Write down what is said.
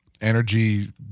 energy